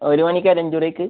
ഒരു മണിക്കാണോ lunch break